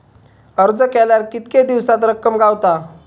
अर्ज केल्यार कीतके दिवसात रक्कम गावता?